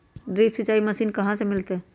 Drip सिंचाई machine कहाँ से मिलतै?